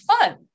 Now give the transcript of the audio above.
fun